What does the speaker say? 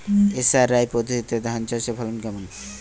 SRI পদ্ধতিতে ধান চাষের ফলন কেমন?